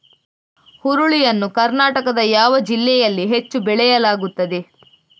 ಹುರುಳಿ ಯನ್ನು ಕರ್ನಾಟಕದ ಯಾವ ಜಿಲ್ಲೆಯಲ್ಲಿ ಹೆಚ್ಚು ಬೆಳೆಯಲಾಗುತ್ತದೆ?